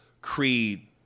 Creed